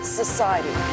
society